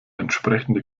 entsprechende